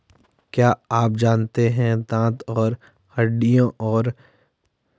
क्या आप जानते है दांत और हड्डियों के लिए किशमिश फायदेमंद है?